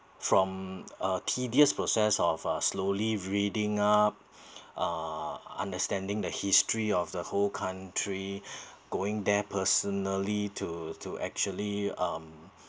from uh tedious process of uh slowly reading up uh understanding the history of the whole country going there personally to to actually um